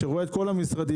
שרואה את כל המשרדים,